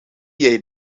jij